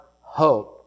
hope